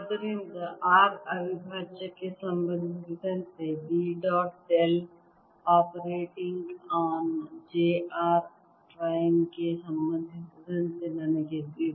ಆದ್ದರಿಂದ r ಅವಿಭಾಜ್ಯಕ್ಕೆ ಸಂಬಂಧಿಸಿದಂತೆ B dot del operating on j r prime ಗೆ ಸಂಬಂಧಿಸಿದಂತೆ ನನಗೆ 0